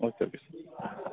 okay okay